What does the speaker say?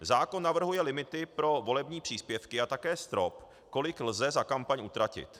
Zákon navrhuje limity pro volební příspěvky a také strop, kolik lze za kampaň utratit.